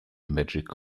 magic